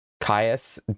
Caius